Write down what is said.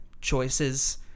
choices